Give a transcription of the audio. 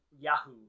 Yahoo